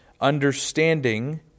Understanding